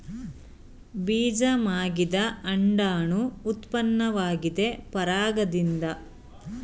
ಬೀಜ ಮಾಗಿದ ಅಂಡಾಣು ಉತ್ಪನ್ನವಾಗಿದೆ ಪರಾಗದಿಂದ ಫಲೀಕರಣ ನಂತ್ರ ಮತ್ತು ತಾಯಿ ಸಸ್ಯದೊಳಗೆ ಬೆಳವಣಿಗೆಯಾಗ್ತದೆ